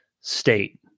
state